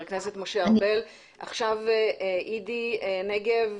הידי נגב.